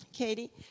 Katie